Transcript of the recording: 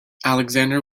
alexander